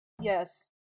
Yes